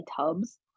tubs